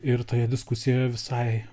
ir toje diskusijoje visai